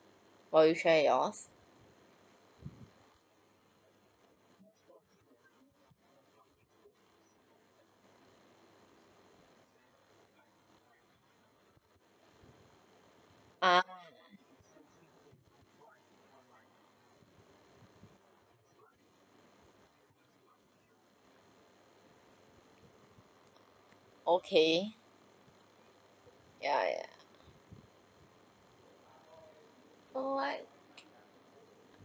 while you share yours okay ah ya ya oh what